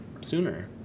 sooner